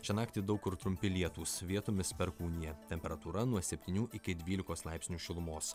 šią naktį daug kur trumpi lietūs vietomis perkūnija temperatūra nuo septynių iki dvylikos laipsnių šilumos